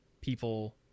people